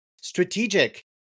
Strategic